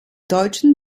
deutschen